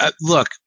Look